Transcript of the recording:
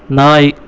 நாய்